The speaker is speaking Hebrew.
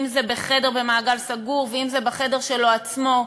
אם בחדר במעגל סגור ואם בחדר שלו עצמו,